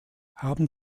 haben